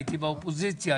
הייתי באופוזיציה,